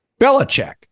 Belichick